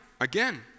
again